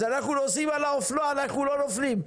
אז אנחנו נוסעים על האופנוע ואנחנו לא נופלים,